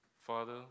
Father